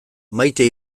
maite